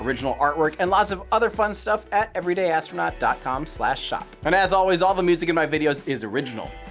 original artwork and lots of other fun stuff at everydayastronaut dot com slash shop and as always, all the music in my videos is original.